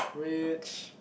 rich